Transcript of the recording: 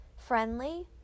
Friendly